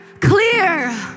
clear